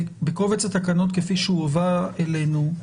בקובץ התקנות כפי שהובא אלינו,